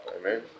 Amen